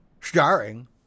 starring